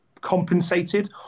compensated